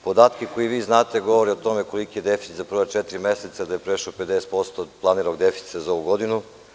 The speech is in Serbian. Podaci koje vi znate govore o tome koliki je deficit za prva četiri meseca, koji je prešao 50% od planiranog deficita za ovu godinu.